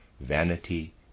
vanity